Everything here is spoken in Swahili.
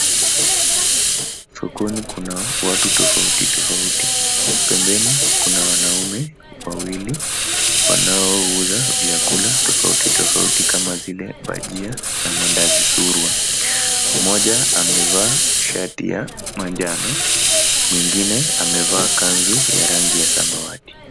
Ufukoni kuna watu tofauti tofauti. Pembeni kuna wanaume wawili wanaouza vyakula tofauti tofauti, kama zile bajia na maandazi surua. Mmoja amevaa shati ya manjano, mwingine amevaa kanzu ya rangi ya samawati.